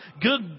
good